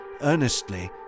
earnestly